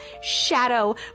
shadow